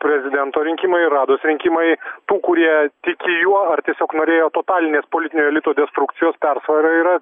prezidento rinkimai ir rados rinkimai tų kurie tiki juo ar tiesiog norėjo totalinės politinio elito destrukcijos persvara yra